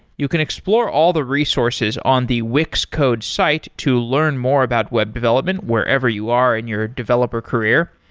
you can explore all the resources on the wix code's site to learn more about web development wherever you are in your developer career.